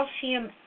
calcium